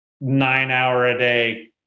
nine-hour-a-day